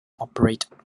operated